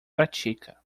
pratica